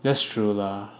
that's true lah